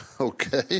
okay